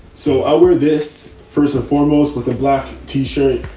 so our, this first and foremost with a black tee shirt.